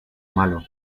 malo